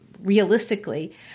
realistically